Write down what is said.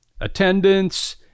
attendance